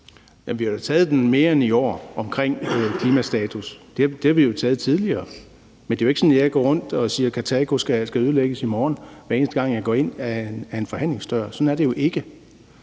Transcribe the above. vi har da taget den mere end i år, i forbindelse med klimastatus; den har vi da taget tidligere. Men det er jo ikke sådan, at jeg går rundt og siger, at Kartago skal ødelægges i morgen, hver eneste gang jeg går ind ad en forhandlingsdør. Sådan er det jo ikke.